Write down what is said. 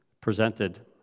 presented